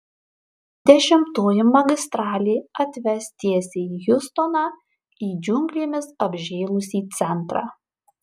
dešimtoji magistralė atves tiesiai į hjustoną į džiunglėmis apžėlusį centrą